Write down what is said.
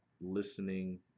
listening